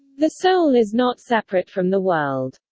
the soul is not separate from the world.